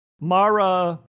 Mara